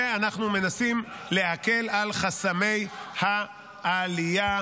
ואנחנו מנסים להקל על חסמי העלייה